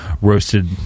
roasted